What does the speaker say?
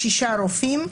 רופאים,